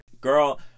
Girl